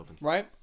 right